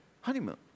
honeymoon